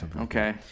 Okay